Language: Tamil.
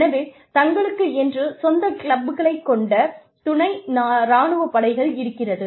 எனவே தங்களுக்கென்று சொந்த கிளப்புகளைக் கொண்ட துணை ராணுவப் படைகள் இருக்கிறது